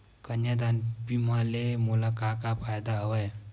कन्यादान बीमा ले मोला का का फ़ायदा हवय?